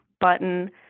button